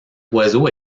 oiseau